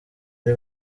ari